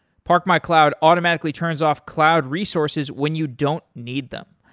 parkmycloud automatically turns off cloud resources when you don't need them.